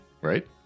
right